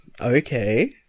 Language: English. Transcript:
Okay